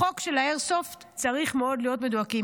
בחוק של האיירסופט צריך מאוד להיות מדויקים.